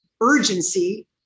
urgency